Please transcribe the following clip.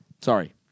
Sorry